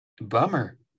bummer